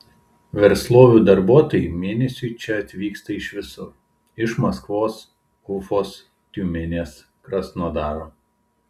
verslovių darbuotojai mėnesiui čia atvyksta iš visur iš maskvos ufos tiumenės krasnodaro